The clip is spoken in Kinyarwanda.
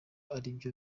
aribyo